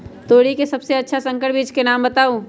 तोरी के सबसे अच्छा संकर बीज के नाम बताऊ?